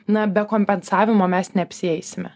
na be kompensavimo mes neapsieisime